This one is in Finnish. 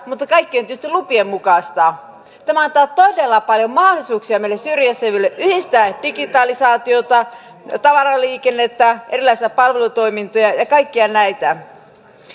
mutta kaikki on tietysti lupien mukaista tämä antaa todella paljon mahdollisuuksia meille syrjäseuduilla yhdistää digitalisaatiota tavaraliikennettä erilaisia palvelutoimintoja ja kaikkia näitä